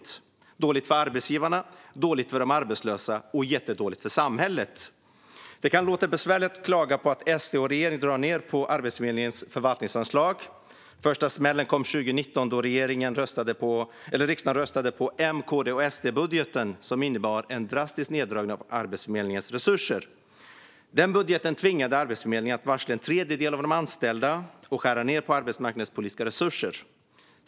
Det blir dåligt för arbetsgivarna, dåligt för de arbetslösa och jättedåligt för samhället. Det kan låta besvärligt att klaga på att SD och regeringen drar ned på Arbetsförmedlingens förvaltningsanslag. Men den första smällen kom 2019, då riksdagen röstade för M, KD och SD-budgeten, som innebar en drastisk neddragning av Arbetsförmedlingens resurser. Den budgeten tvingade Arbetsförmedlingen att varsla en tredjedel av de anställda och skära ned på arbetsmarknadspolitiska resurser.